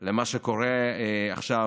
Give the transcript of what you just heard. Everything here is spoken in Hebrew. גם למה שקורה עכשיו